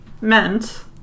meant